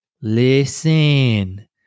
Listen